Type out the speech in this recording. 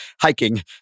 hiking